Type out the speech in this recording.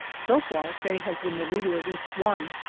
so far faye has been the leader of each one.